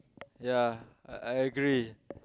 ya I I agree